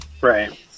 right